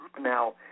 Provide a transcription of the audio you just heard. Now